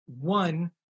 one